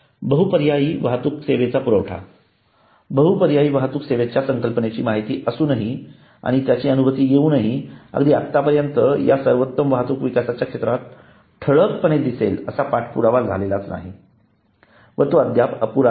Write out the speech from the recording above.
बहुपर्यायी वाहतूक सेवेचा पुरवठा बहुपर्यायी वाहतूक सेवांच्या संकल्पनेची माहिती असूनही आणि त्याची अनुभूती येवूनही अगदी आतापर्यंत या सर्वोत्तम वाहतुक विकासाच्या क्षेत्रात ठळकपणे दिसेल असा पाठपुरावा झालेला नाही व तो अद्याप अपुराच आहे